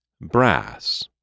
Brass